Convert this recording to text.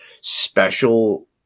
special